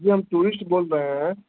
جی ہم ٹورسٹ بول رہے ہیں